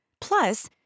Plus